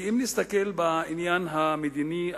אם נסתכל בעניין המדיני,